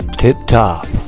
tip-top